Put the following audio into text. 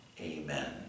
Amen